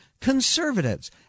conservatives